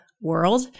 world